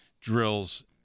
drills